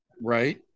Right